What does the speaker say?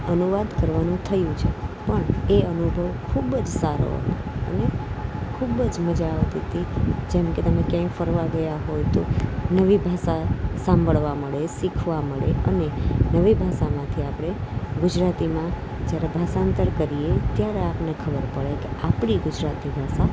અનુવાદ કરવાનું થયું છે પણ એ અનુભવ ખૂબ જ સારો હતો અને ખૂબ જ મજા આવતી હતી જેમકે તમે ક્યાંય ફરવા ગયા હોવ નવી ભાષા સાંભળવા મળે શીખવા મળે અને નવી ભાષામાંથી આપણે ગુજરાતીમાં જરા ભાષાંતર કરીએ ત્યારે આપણને ખબર પડે આપણી ગુજરાતી ભાષા